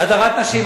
הדרת נשים.